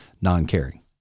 non-caring